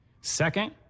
Second